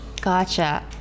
Gotcha